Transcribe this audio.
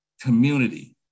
community